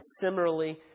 similarly